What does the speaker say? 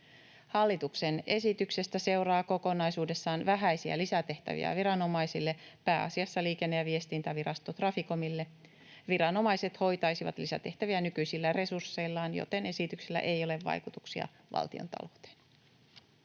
Hallituksen esityksestä seuraa kokonaisuudessaan vähäisiä lisätehtäviä viranomaisille, pääasiassa Liikenne- ja viestintävirasto Traficomille. Viranomaiset hoitaisivat lisätehtäviä nykyisillä resursseillaan, joten esityksellä ei ole vaikutuksia valtiontalouteen.